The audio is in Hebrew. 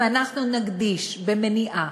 אם אנחנו נקדיש למניעה,